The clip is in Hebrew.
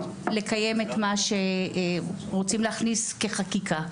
לקיים את מה שרוצים להכניס כחקיקה.